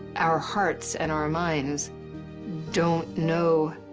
our hearts and our minds don't know